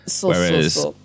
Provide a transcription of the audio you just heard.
Whereas